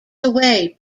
away